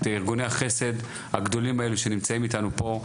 את ארגוני החסד הגדולים האלו שנמצאים אתנו פה,